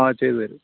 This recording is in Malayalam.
ആ ചെയ്തുതരും